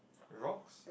rocks